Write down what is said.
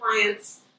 clients